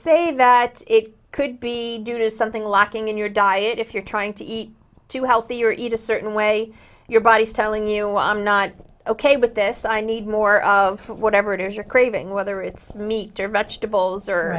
say that it could be due to something lacking in your diet if you're trying to eat too healthy yuri to certain way your body is telling you i'm not ok with this i need more of whatever it is you're craving whether it's meat or vegetables or